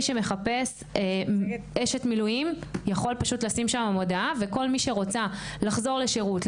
שמחפש אשת מילואים יכול פשוט לשים שם מודעה וכל מי שרוצה לחזור לשירות,